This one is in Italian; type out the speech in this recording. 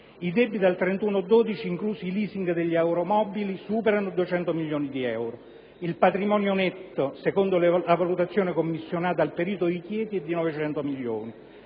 I debiti al 31 dicembre 2007, inclusi i *leasing* degli aeromobili, superano i 200 milioni; il patrimonio netto, secondo la valutazione commissionata al perito di Chieti, è di 900 milioni.